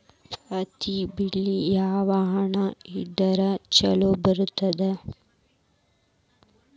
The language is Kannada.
ಹತ್ತಿ ಬೆಳಿ ಯಾವ ಮಣ್ಣ ಇದ್ರ ಛಲೋ ಬರ್ತದ?